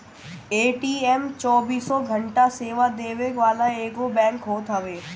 ATM चौबीसों घंटा सेवा देवे वाला एगो बैंक होत हवे